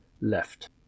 left